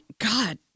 god